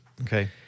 Okay